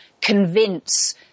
convince